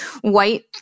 white